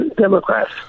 Democrats